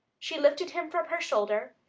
she lifted him from her shoulder,